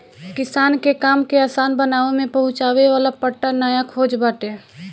किसानन के काम के आसान बनावे में पहुंचावे वाला पट्टा नया खोज बाटे